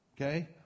Okay